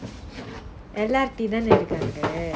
L_R_T தான இருக்கு அங்க:thaana irukku angga